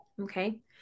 okay